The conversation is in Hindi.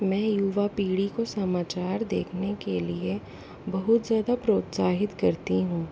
मैं युवा पीढ़ी को समाचार देखने के लिए बहुत ज़्यादा प्रोत्साहित करती हूँ